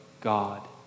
God